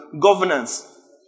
governance